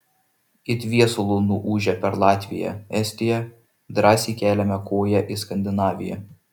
it viesulu nuūžę per latviją estiją drąsiai keliame koją į skandinaviją